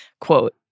Quote